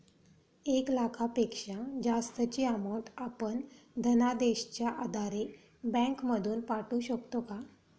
एक लाखापेक्षा जास्तची अमाउंट आपण धनादेशच्या आधारे बँक मधून पाठवू शकतो का?